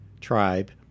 tribe